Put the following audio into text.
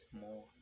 more